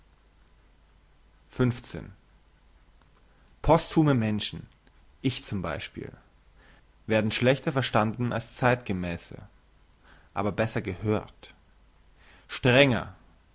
posthume menschen ich zum beispiel werden schlechter verstanden als zeitgemässe aber besser gehört strenger